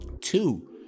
Two